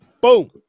Boom